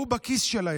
והוא הכיס שלהם.